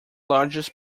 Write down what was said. largest